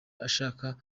ashaka